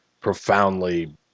profoundly